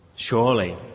Surely